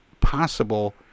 possible